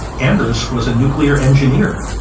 anders was a nuclear engineer.